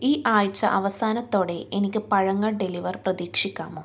ഈ ആഴ്ച അവസാനത്തോടെ എനിക്ക് പഴങ്ങൾ ഡെലിവർ പ്രതീക്ഷിക്കാമോ